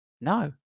No